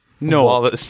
No